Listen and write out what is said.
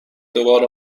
دوباره